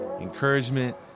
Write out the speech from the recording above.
encouragement